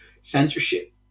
censorship